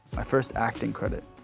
my first acting credit.